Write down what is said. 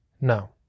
No